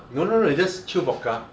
no no no it's just chilled vodka